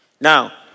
Now